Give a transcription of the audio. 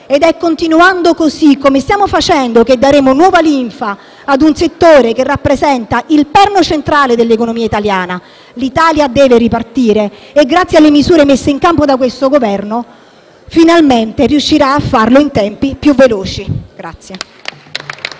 È continuando così, come stiamo facendo, che daremo nuova linfa a un settore che rappresenta il perno centrale dell'economia italiana. L'Italia deve ripartire e grazie alle misure messe in campo da questo Governo finalmente riuscirà a farlo in tempi più veloci.